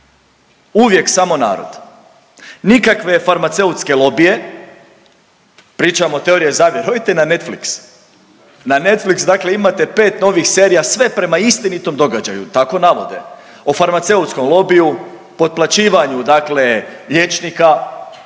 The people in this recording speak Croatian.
Uvijek samo narod. Nikakve farmaceutske lobije, pričamo o teorijama zavjere. Odite na Netflix, na Netflix dakle imate 5 novih serija sve prema istinitom događaju, tako navode, o farmaceutskom lobiju, potplaćivanju dakle